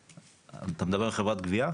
אתה מדבר על חברת גבייה?